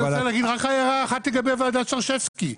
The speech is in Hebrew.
רק הערה אחת לגבי ועדת שרשבסקי.